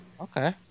Okay